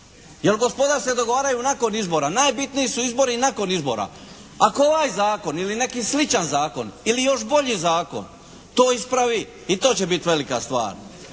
Jer gospoda se dogovaraju nakon izbora. Najbitniji su izbori nakon izbora. Ako ovaj zakon ili neki sličan zakon ili još bolji zakon to ispravi i to će biti velika stvar